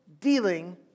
dealing